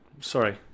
sorry